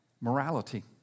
morality